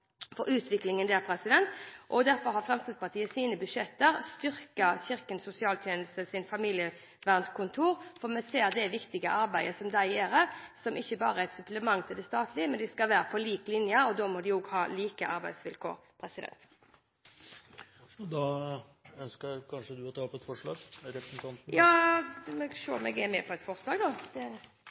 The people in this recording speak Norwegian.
utviklingen der. Derfor har Fremskrittspartiet i sine budsjetter styrket Kirkens Sosialtjenestes familievernkontor. Vi ser det viktige arbeidet som de gjør, og som ikke bare er et supplement til det statlige. De skal være på lik linje, men da må de også ha like arbeidsvilkår. Med det vil jeg ta opp forslaget som Fremskrittspartiet er med på i innstillingen – forslag nr. 1. Representanten Solveig Horne har tatt opp det forslaget hun refererte til. Vi